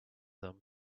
them